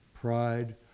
pride